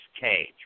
Cage